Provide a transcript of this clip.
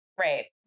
Right